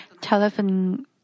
telephone